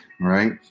right